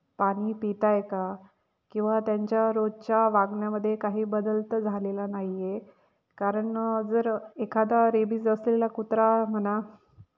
पाणी पीत आहे का किंवा त्यांच्या रोजच्या वागण्यामध्ये काही बदल तर झालेला नाही आहे कारण जर एखादा रेबीज असलेला कुत्रा म्हणा